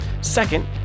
Second